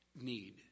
need